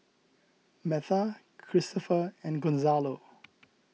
Metha Christoper and Gonzalo